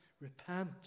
repent